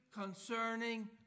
concerning